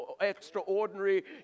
extraordinary